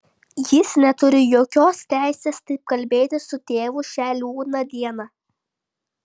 jis neturi jokios teisės taip kalbėti su tėvu šią liūdną dieną